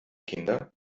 kinder